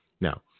Now